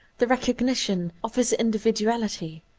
the recognition of his in dividuality,